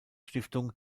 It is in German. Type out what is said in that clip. stiftung